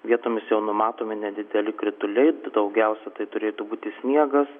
vietomis jau numatomi nedideli krituliai daugiausiai tai turėtų būti sniegas